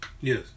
Yes